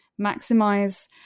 maximize